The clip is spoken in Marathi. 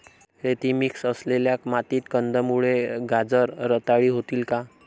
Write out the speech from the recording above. रेती मिक्स असलेल्या मातीत कंदमुळे, गाजर रताळी होतील का?